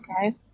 okay